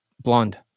blonde